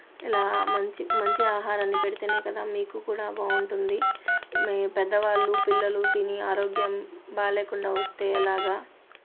ఇలా మంచి మంచి ఆహారాన్ని పెడితేనే కదా మీకు కూడా బాగుంటుంది మీ పెద్దవాళ్ళు పిల్లలు తిని ఆరోగ్యం బాగాలేకుండా వస్తే ఎలాగా